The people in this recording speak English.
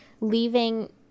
leaving